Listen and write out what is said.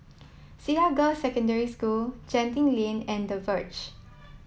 Cedar Girls' Secondary School Genting Lane and the Verge